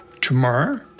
tomorrow